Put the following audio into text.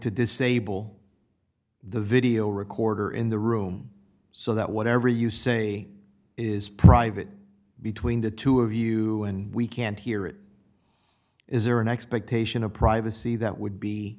to disable the video recorder in the room so that whatever you say is private between the two of you and we can't hear it is there an expectation of privacy that would be